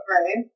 right